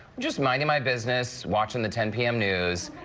just minding my business watching the ten p m. news.